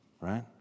right